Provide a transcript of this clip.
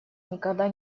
никогда